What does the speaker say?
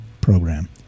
program